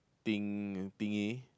thing thingy